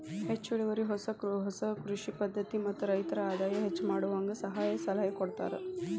ಹೆಚ್ಚು ಇಳುವರಿ ಹೊಸ ಹೊಸ ಕೃಷಿ ಪದ್ಧತಿ ಮತ್ತ ರೈತರ ಆದಾಯ ಹೆಚ್ಚ ಮಾಡುವಂಗ ಸಹಾಯ ಸಲಹೆ ಕೊಡತಾರ